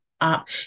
up